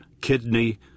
kidney